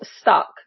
stuck